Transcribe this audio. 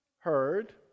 heard